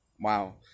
Wow